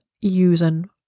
using